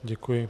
Děkuji.